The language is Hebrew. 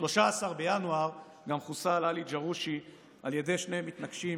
ב-13 בינואר גם חוסל עלי ג'רושי על ידי שני מתנקשים